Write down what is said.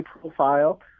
profile